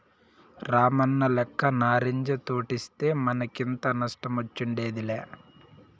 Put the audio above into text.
రామన్నలెక్క నారింజ తోటేస్తే మనకింత నష్టమొచ్చుండేదేలా